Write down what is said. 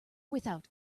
without